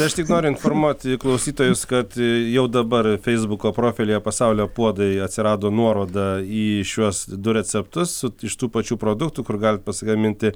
aš tik noriu informuoti klausytojus kad jau dabar feisbuko profilyje pasaulio puodai atsirado nuoroda į šiuos du receptus iš tų pačių produktų kur galit pasigaminti